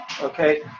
okay